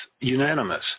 unanimous